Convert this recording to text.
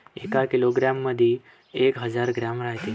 एका किलोग्रॅम मंधी एक हजार ग्रॅम रायते